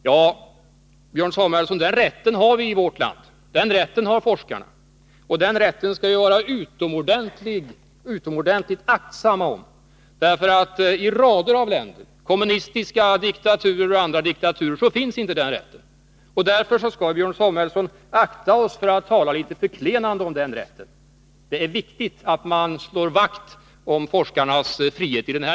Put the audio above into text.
Ja, Björn Samuelson, den rätten har vi i vårt land. Den rätten har forskarna, och den rätten skall vi vara utomordentligt aktsamma om. I rader av länder, i kommunistiska diktaturer och i andra diktaturer, finns inte den rätten. Därför skall vi akta oss för att tala förklenande om den. Det är viktigt att slå vakt om forskarnas frihet.